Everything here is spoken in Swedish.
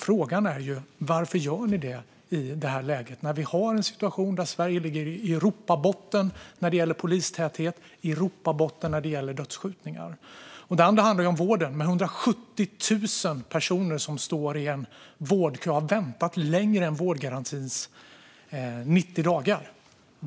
Frågan är varför ni gör det i det här läget, när vi har en situation där Sverige ligger i Europabotten när det gäller polistäthet och i Europatoppen när det gäller dödsskjutningar. Den andra krisen handlar om vården, där 170 000 personer står i vårdkö och har väntat längre än vårdgarantins 90 dagar.